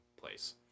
place